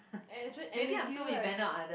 and its and if you right